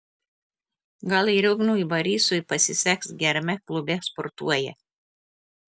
gal ir ignui barysui pasiseks gerame klube sportuoja